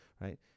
right